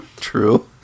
True